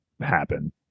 happen